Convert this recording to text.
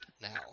now